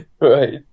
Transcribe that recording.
right